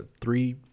three